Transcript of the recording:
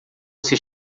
você